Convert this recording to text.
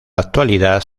actualidad